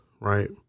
Right